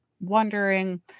wondering